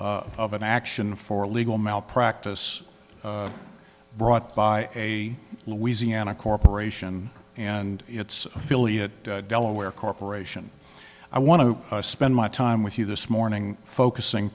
of an action for legal malpractise brought by a louisiana corporation and its affiliate delaware corporation i want to spend my time with you this morning focusing